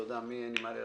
מי בעד?